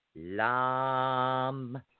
Lam